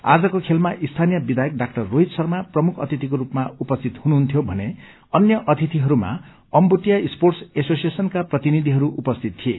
आजको खेलमा स्थानीय विधायक डा रोहित शर्मा प्रमुख अतिथिको रूपमा उपस्थित हुनुहन्थ्यो भने अन्य अतिथिहरूमा अम्बोटिया स्पोर्टस एसोसिएशनका प्रतिनिधिहरू उपस्थित थिए